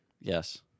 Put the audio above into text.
Yes